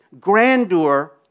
grandeur